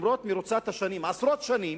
למרות מרוצת השנים, עשרות שנים,